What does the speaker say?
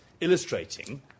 illustrating